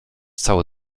cały